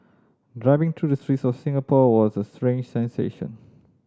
driving through the streets of Singapore was a strange sensation